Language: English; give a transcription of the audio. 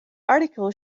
article